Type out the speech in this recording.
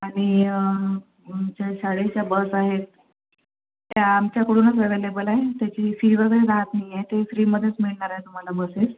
आणि आमच्या शाळेच्या बस आहेत त्या आमच्याकडूनच ॲवेलेबल आहेत त्याची फी वगैरे राहत नाही आहे ते फ्रीमध्येच मिळणार आहेत तुम्हाला बसेस